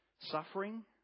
suffering